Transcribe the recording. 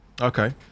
Okay